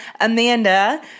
Amanda